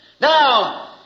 Now